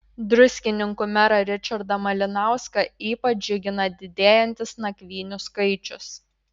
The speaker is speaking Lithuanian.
druskininkų merą ričardą malinauską ypač džiugina didėjantis nakvynių skaičius